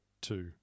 two